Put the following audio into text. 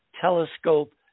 telescope